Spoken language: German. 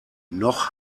noch